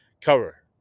Cover